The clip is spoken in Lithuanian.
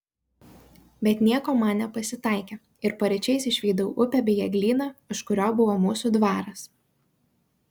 bet nieko man nepasitaikė ir paryčiais išvydau upę bei eglyną už kurio buvo mūsų dvaras